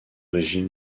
régime